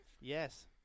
Yes